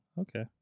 Okay